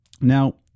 Now